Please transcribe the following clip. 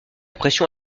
pression